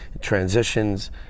transitions